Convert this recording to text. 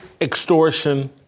extortion